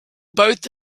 both